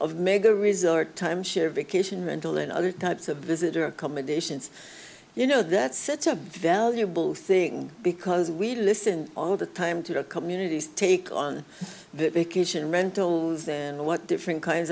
of mega resort timeshare vacation rental and other types of this is the accommodations you know that such a valuable thing because we do listen all the time to our communities take on vacation rentals and what different kinds